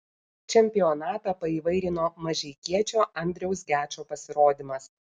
čempionatą paįvairino mažeikiečio andriaus gečo pasirodymas